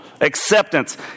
acceptance